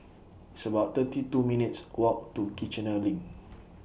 It's about thirty two minutes' Walk to Kiichener LINK